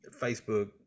facebook